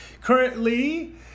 Currently